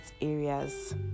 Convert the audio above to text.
areas